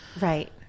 Right